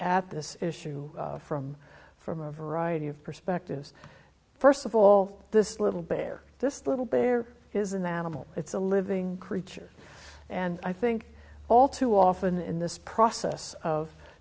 at this issue from from a variety of perspectives first of all this little bear this little bear is an animal it's a living creature and i think all too often in this process of